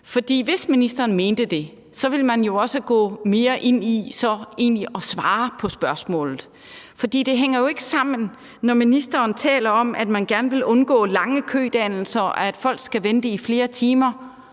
hvis ministeren mente det, ville man jo også gå mere ind i så egentlig at svare på spørgsmålet. Det hænger jo ikke sammen, når ministeren taler om, at man gerne vil undgå lange kødannelser, og at folk skal vente i flere timer,